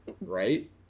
right